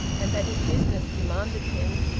and that his business demanded him,